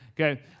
Okay